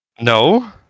No